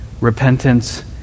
repentance